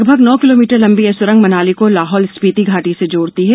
लगभग नौ किलोमीटर लंबी यह सुरंग मनाली को लाहौलस्पीति घाटी से जोड़ती है